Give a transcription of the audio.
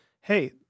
hey